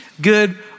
good